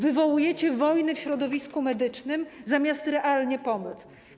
Wywołujecie wojny w środowisku medycznym, zamiast realnie pomóc.